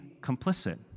complicit